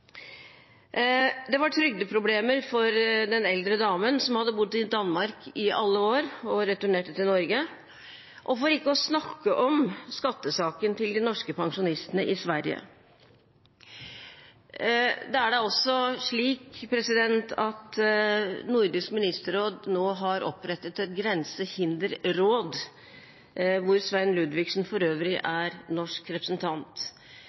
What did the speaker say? Det var trygdeproblemer for den eldre damen som hadde bodd i Danmark i alle år og returnerte til Norge. For ikke å snakke om skattesaken til de norske pensjonistene i Sverige. Nordisk ministerråd har nå opprettet et grensehinderråd, hvor Svein Ludvigsen for øvrig er norsk representant.